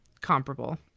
Comparable